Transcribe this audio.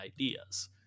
ideas